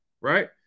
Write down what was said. right